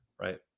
right